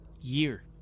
year